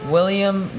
William